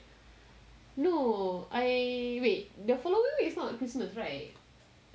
no I wait the following week is not christmas right